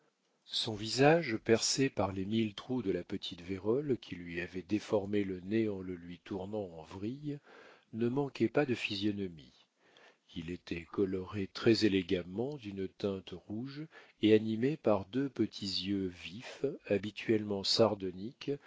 son visage percé par les mille trous de la petite vérole qui lui avait déformé le nez en le lui tournant en vrille ne manquait pas de physionomie il était coloré très également d'une teinte rouge et animé par deux petits yeux vifs habituellement sardoniques